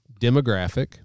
demographic